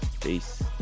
Peace